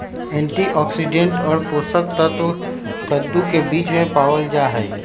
antioxidant और पोषक तत्व कद्दू के बीज में पावल जाहई